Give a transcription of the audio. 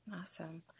Awesome